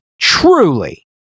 truly